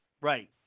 right